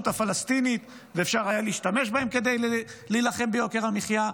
הפלסטינית ואפשר היה להשתמש בהם כדי להילחם ביוקר המחיה.